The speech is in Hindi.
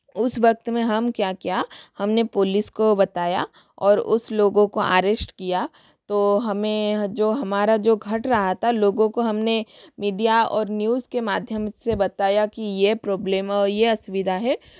उस वक्त में हम क्या किया हमने पुलिस को बताया और उस लोगों को आरेश्ट किया तो हमें जो हमारा जो घट रहा था लोगों को हमने मीडिया और न्यूज़ के माध्यम से बताया कि ये प्रॉब्लेम ये असुविधा है